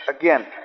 again